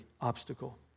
obstacle